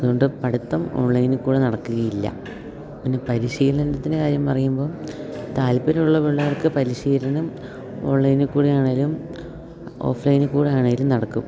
അതുകൊണ്ട് പഠിത്തം ഓൺലൈനിൽക്കൂടി നടക്കുകയില്ല പിന്നെ പരിശീലനത്തിൻ്റെ കാര്യം പറയുമ്പോൾ താല്പര്യമുള്ള പിള്ളേർക്ക് പരിശീലനം ഓൺലൈനിൽക്കൂടി ആണെങ്കിലും ഓഫ്ലൈനിക്കൂടി ആണെങ്കിലും നടക്കും